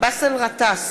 באסל גטאס,